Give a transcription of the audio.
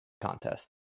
contest